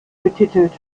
betitelt